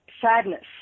sadness